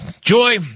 Joy